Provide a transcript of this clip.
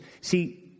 See